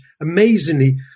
amazingly